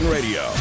Radio